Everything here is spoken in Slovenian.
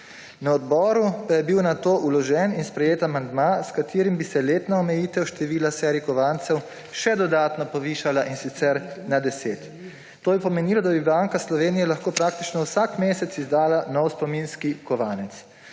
Na odboru pa je bil na to vložen in sprejet amandma, s katerim bi se letna omejitev števila serij kovancev še dodatno povišala, in sicer na deset. To bi pomenilo, da bi Banka Slovenije lahko praktično vsak mesec izdala nov spominski kovanec.